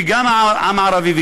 וגם העם הערבי,